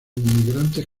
inmigrantes